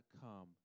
come